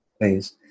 Please